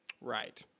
Right